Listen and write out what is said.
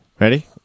Ready